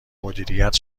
مدیریت